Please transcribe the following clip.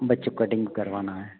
बच्चों का कटिंग भी करवाना है